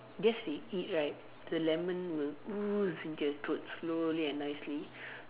that's we eat right the lemon will ooze into your throat slowly and nicely